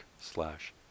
slash